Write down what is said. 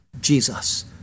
Jesus